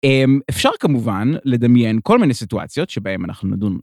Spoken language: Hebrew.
אפשר כמובן לדמיין כל מיני סיטואציות שבהן אנחנו נדון.